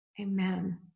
Amen